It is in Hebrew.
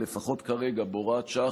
לפחות כרגע בהוראת שעה,